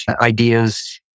ideas